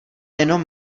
jenom